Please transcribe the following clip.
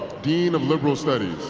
dean of liberal studies